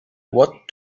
what